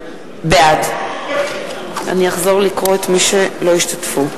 בעד אני אחזור לקרוא את שמות מי שלא השתתפו.